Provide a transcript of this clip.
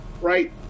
right